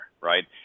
right